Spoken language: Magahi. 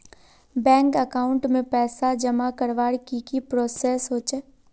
बैंक अकाउंट में पैसा जमा करवार की की प्रोसेस होचे?